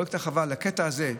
פרויקט הרחבה לקטע הזה,